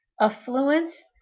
affluence